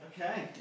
Okay